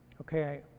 Okay